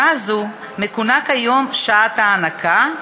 שעה זו מכונה כיום שעת הנקה,